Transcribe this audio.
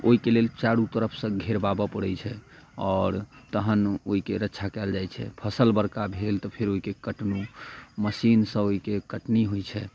ओहिके लेल चारू तरफसँ घेरबाबऽ पड़ैत छै आओर तहन ओहिके रछा कयल जाइत छै फसल बड़का भेल तऽ फेर ओहिके कटलहुँ मशीनसँ ओहिके कटनी होयत छै